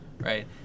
Right